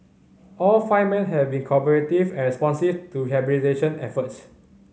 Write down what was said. all five men have been cooperative and responsive to rehabilitation efforts